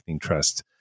trust